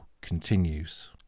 continues